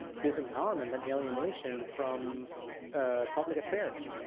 and disempowerment and alienation from ah public affairs.